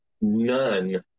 none